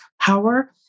power